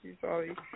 sorry